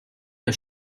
der